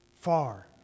far